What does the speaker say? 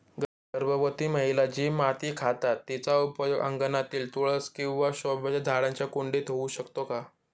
गर्भवती महिला जी माती खातात तिचा उपयोग अंगणातील तुळस किंवा शोभेच्या झाडांच्या कुंडीत होऊ शकतो का?